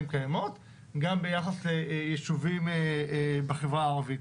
קיימות וגם ביחס לישובים בחברה הערבית.